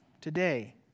today